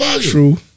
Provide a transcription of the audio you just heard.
True